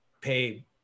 pay